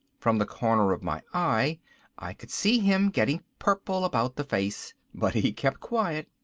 from the corner of my eye i could see him getting purple about the face but he kept quiet.